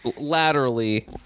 laterally